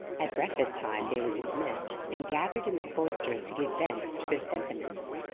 at breakfast-time they were dismissed, and gathered in the cloisters to give vent to their sentiments.